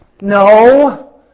No